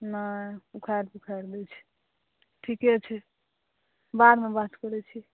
नहि उखाड़ि पुखाड़ि दै छै ठीके छै बादमे बात करै छी